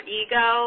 ego